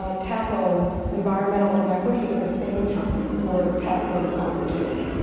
ah tackle environmental inequity at the same time for tackling climate change?